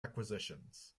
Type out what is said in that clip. acquisitions